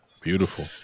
Beautiful